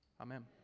Amen